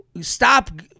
stop